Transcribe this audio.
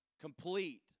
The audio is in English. complete